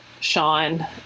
Sean